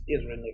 Israel